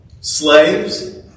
slaves